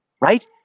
right